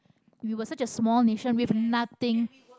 we were so such a small nation we've nothing